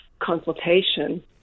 consultation